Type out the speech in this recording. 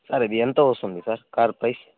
sir ఇది ఎంత వస్తుంది సార్ కారు ప్రైస్